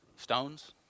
stones